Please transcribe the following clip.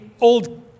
Old